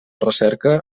recerca